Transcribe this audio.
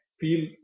feel